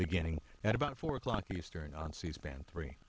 beginning at about four o'clock eastern on c span three